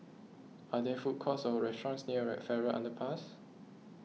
are there food courts or restaurants near Farrer Underpass